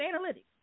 analytics